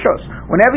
Whenever